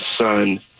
son